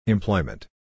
Employment